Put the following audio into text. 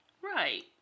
Right